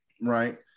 right